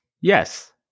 Yes